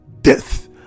death